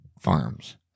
farms